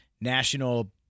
national